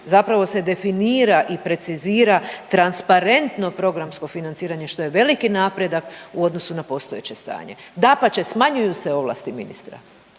zapravo se definira i precizira transparentno programsko financiranje što je veliki napredak u odnosu na postojeće stanje, dapače smanjuju se ovlasti ministra,